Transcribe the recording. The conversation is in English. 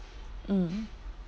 mm